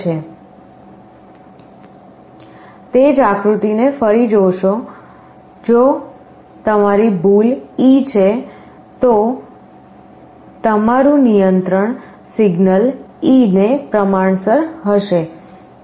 તે જ આકૃતિને ફરી જોશો જો તમારી ભૂલ e છે તો તમારું નિયંત્રણ સિગ્નલ e ને પ્રમાણસર હશે